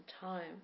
time